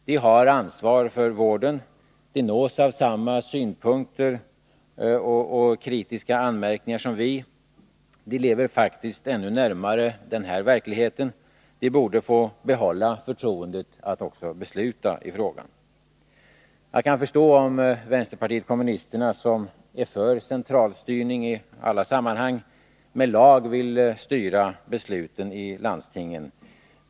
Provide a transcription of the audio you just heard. De har ansvar för vården, de nås av samma synpunkter och kritiska anmärkningar som vi gör, de lever faktiskt ännu närmare denna verklighet, de borde få behålla förtroendet att också besluta i frågan. Jag kan förstå om vänsterpartiet kommunisterna, som är för centralstyrning i alla sammanhang, med lag vill styra besluten i landstingen.